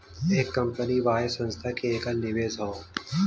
एक कंपनी वाहे संस्था के कएल निवेश हौ